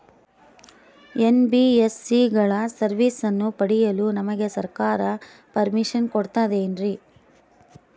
NBSC ಗಳ ಸರ್ವಿಸನ್ನ ಪಡಿಯಲು ನಮಗೆ ಸರ್ಕಾರ ಪರ್ಮಿಷನ್ ಕೊಡ್ತಾತೇನ್ರೀ?